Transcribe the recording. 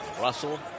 Russell